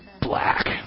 black